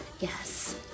Yes